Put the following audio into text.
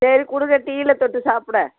சரி கொடுங்க டீயில் தொட்டு சாப்பிட